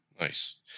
Nice